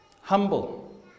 Humble